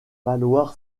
valoir